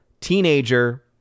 teenager